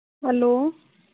hello